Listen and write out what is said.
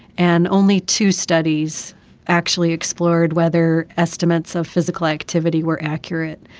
and only two studies actually explored whether estimates of physical activity were accurate,